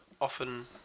often